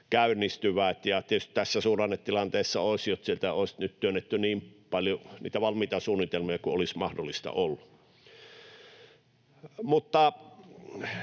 käynnistyvät. Tietysti tässä suhdannetilanteessa olisi hyvä, jos sieltä olisi nyt työnnetty niin paljon niitä valmiita suunnitelmia kuin olisi mahdollista ollut.